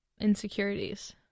insecurities